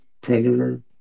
Predator